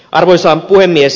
arvoisa puhemies